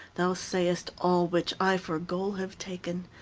thou sayest all which i for goal have taken.